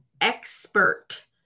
expert